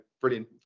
brilliant